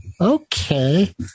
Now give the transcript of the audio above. Okay